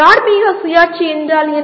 தார்மீக சுயாட்சி என்றால் என்ன